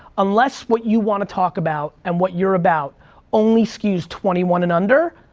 unless what you wanna talk about and what you're about only skews twenty one and under,